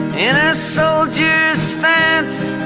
in a soldier's stance,